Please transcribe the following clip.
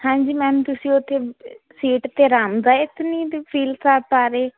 ਹਾਂਜੀ ਮੈਮ ਤੁਸੀਂ ਉਥੇ ਸੀਟ ਤੇ ਅਰਾਮਦਾਇਕ ਨੀ ਫੀਲ ਕਰ ਪਾ ਰਹੇ